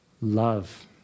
Love